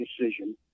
decision